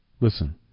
Listen